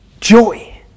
joy